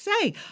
say